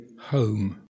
home